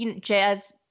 jazz